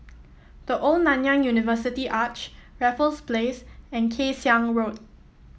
The Old Nanyang University Arch Raffles Place and Kay Siang Road